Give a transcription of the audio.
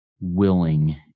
willing